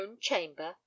chamber